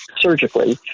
surgically